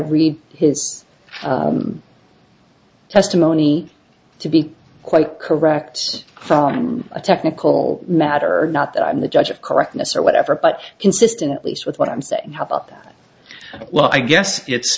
read his testimony to be quite correct from a technical matter not that i'm the judge of correctness or whatever but consistent at least with what i'm saying how about that well i guess it's